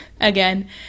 again